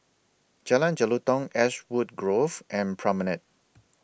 Jalan Jelutong Ashwood Grove and Promenade